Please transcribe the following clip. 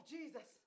Jesus